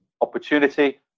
opportunity